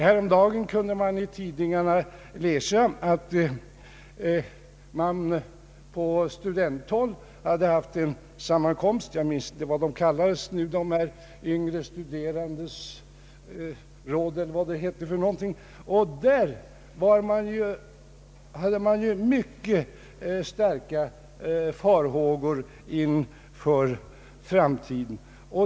Häromdagen kunde vi i tidningarna läsa att man på studenthåll haft en sammankomst. Jag minns nu inte vad det kallades, Yngre studenters råd eller något sådant, men dessa studenter hade mycket starka farhågor inför framtiden.